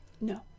No